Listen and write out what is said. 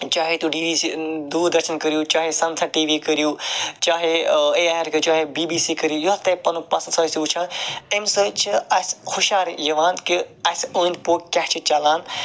چاہے تُہۍ B B C Doordarshan کٔرو چاہے سَن سَد ٹی وی کٔرِو چاہے اے آے آر کٔرِو چاہے بی بی سی کٔرِو یوٚس تۄہہِ پنن پَسَنٛد ٲسٕو وِچھان امہ سۭتۍ چھِ اَسہِ ہُشیاری یِوان کہ اَسہِ اوند پوٚک کیاہ چھُ چَلان